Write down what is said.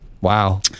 Wow